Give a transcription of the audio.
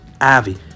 Avi